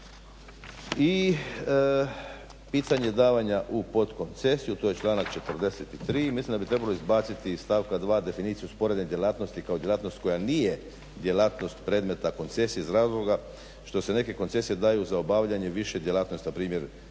I pitanje davanja u podkoncesiju to je članak 43. Mislim da bi trebalo izbaciti iz stavka 2. definiciju sporedne djelatnosti kao djelatnost koja nije djelatnost predmeta koncesije iz razloga što se neke koncesije daju za obavljanje više djelatnosti, na primjer